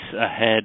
ahead